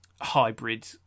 hybrid